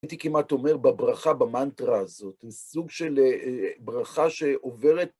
הייתי כמעט אומר בברכה במנטרה הזאת, זה סוג של ברכה שעוברת.